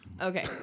Okay